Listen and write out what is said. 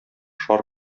шар